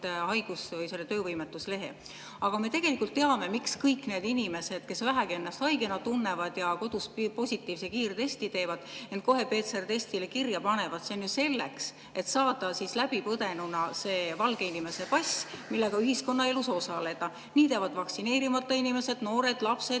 perearstilt töövõimetuslehe. Aga me tegelikult teame, miks kõik need inimesed, kes vähegi ennast haigena tunnevad ja kodus positiivse kiiresti teevad, end kohe ka PCR-testile kirja panevad. See on selleks, et saada läbipõdenuna see valge inimese pass, millega ühiskonnaelus osaleda. Nii teevad vaktsineerimata inimesed, noored, lapsed